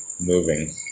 moving